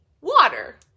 water